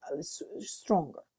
stronger